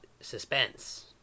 suspense